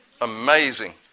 Amazing